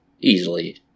easily